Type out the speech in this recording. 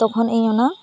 ᱛᱚᱠᱷᱚᱱ ᱤᱧ ᱚᱱᱟ